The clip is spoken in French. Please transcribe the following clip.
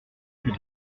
plus